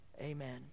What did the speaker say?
Amen